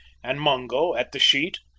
and mungo at the sheet.